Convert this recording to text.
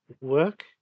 work